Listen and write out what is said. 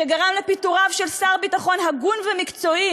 שגרם לפיטוריו של שר ביטחון הגון ומקצועי